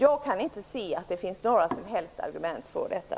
Jag kan inte se att det finns några som helst argument för detta.